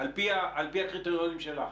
על-פי הקריטריונים שלך.